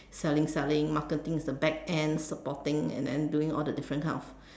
selling selling marketing is the back end supporting and then doing all the different kind of